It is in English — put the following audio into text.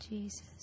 Jesus